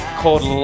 called